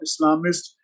Islamists